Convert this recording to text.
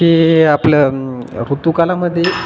हे आपलं ऋतूकालामध्ये